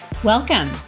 Welcome